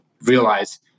realize